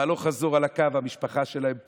הם הלוך-חזור על הקו, המשפחה שלהם פה.